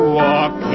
walk